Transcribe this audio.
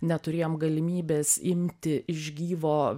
neturėjom galimybės imti iš gyvo